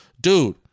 dude